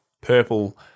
purple